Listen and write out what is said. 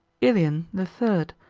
ilion the third,